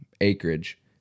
acreage